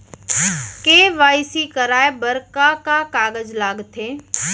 KYC कराये बर का का कागज लागथे?